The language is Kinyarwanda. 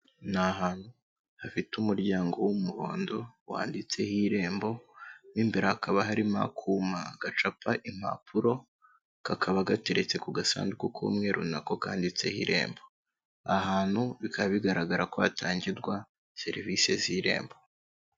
Ni ahantu hafite umuryango w'umuhondo wanditseho Irembo, mo imbere hakaba harimo akuma gacapa impapuro, kakaba gateretse ku gasanduku k'umweru nako kanditseho Irembo. Aha hantu bikaba bigaragara ko hatangirwa serivise z'Irembo.